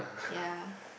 ya